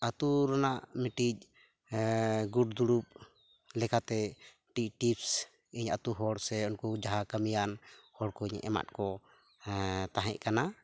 ᱟᱹᱛᱩᱨᱮᱱᱟᱜ ᱢᱤᱫᱴᱮᱱ ᱜᱩᱴ ᱫᱩᱲᱩᱵ ᱞᱮᱠᱟᱛᱮ ᱢᱤᱫᱴᱮᱱ ᱴᱤᱯᱥ ᱤᱧ ᱟᱹᱛᱩ ᱦᱚᱲ ᱥᱮ ᱩᱱᱠᱩ ᱡᱟᱦᱟᱸᱠᱟᱹᱢᱤᱭᱟᱱ ᱦᱚᱲ ᱠᱚᱧ ᱮᱢᱟᱫ ᱠᱚ ᱛᱟᱦᱮᱫ ᱠᱟᱱᱟ